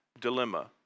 dilemma